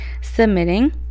submitting